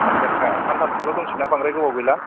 आदसा आदसा सानथामसोल दंसै ना बांद्राय गोबाव गैला